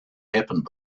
happened